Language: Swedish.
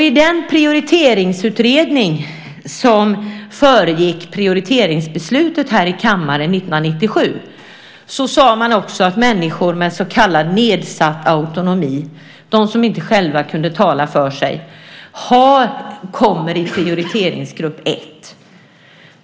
I den prioriteringsutredning som föregick prioriteringsbeslutet här i kammaren 1997 sade man också att människor med så kallad nedsatt autonomi, de som inte själva kan tala för sig, kommer i prioriteringsgrupp 1.